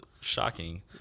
shocking